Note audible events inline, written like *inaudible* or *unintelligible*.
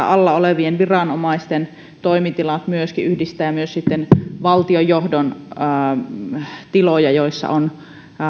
*unintelligible* alla olevien viranomaisten toimitiloja myöskin yhdistää ja myös valtionjohdon tiloja joissa on